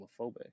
homophobic